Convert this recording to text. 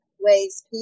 ways